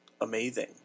amazing